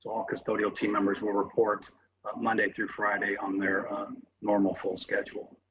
all custodial team members will report monday through friday on their normal full schedule.